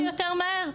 כמה שיותר מהר.